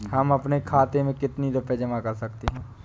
हम अपने खाते में कितनी रूपए जमा कर सकते हैं?